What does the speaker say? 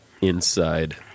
inside